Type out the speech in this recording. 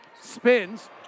Spins